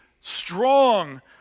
strong